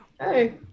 hey